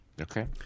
Okay